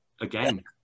again